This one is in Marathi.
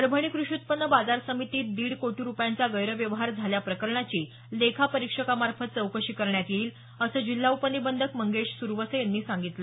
परभणी क्रषी उत्पन्न बाजार समितीत दिड कोटी रुपयांचा गैरव्यवहार झाल्या प्रकरणाची लेखा परीक्षकामार्फत चौकशी करण्यात येईल असं जिल्हा उपनिबंधक मंगेश सुरवसे यांनी सांगितलं